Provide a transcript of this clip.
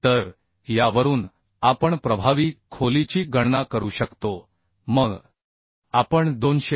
तर यावरून आपण प्रभावी खोलीची गणना करू शकतो मग आपण 273